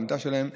בעמדה שלהם,